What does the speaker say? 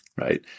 right